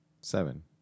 Seven